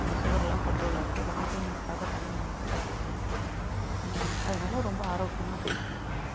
அந்த சுகர் எல்லாம் கண்ட்ரோலில் இருக்கு வாக்கிங் இதுக்காக தனியாக நடக்க தேவை இல்லை அதனால ரொம்ப ஆரோக்கியமாக ஃபீல் பண்ணுறேன் நான்